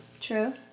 True